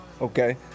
Okay